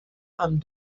amb